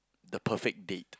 the perfect date